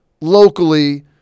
locally